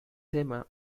tema